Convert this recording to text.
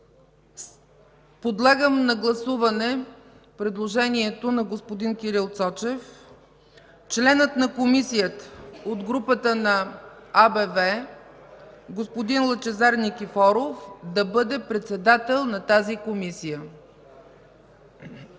Подлагам на гласуване предложението на господин Кирил Цочев членът на Комисията от групата на АБВ господин Лъчезар Никифоров да бъде председател на тази Комисия.